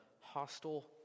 hostile